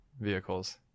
vehicles